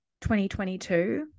2022